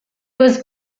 was